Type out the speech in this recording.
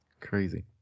crazy